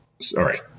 sorry